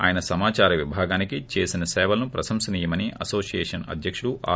ఆయన సమాచార విభాగానికి చేసిన సేవలు ప్రశంసనీయమని అసోసియేషన్ అధ్యకుడు ఆర్